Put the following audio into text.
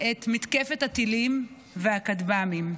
את מתקפת הטילים והכטב"מים.